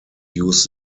use